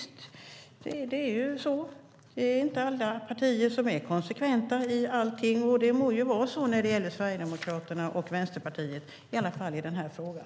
Men det är förstås inte alla partier som är konsekventa i allting, och det må vara så när det gäller Sverigedemokraterna och Vänsterpartiet, i alla fall i den här frågan.